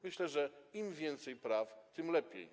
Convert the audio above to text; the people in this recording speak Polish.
Myślę, że im więcej praw, tym lepiej.